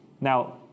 Now